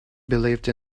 believed